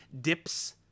dips